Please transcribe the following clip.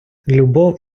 любов